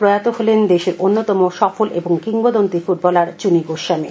প্রয়াত হলেন দেশের অন্যতম সফল ও কিংবদগ্তী ফুটবলার চুনী গোস্বামী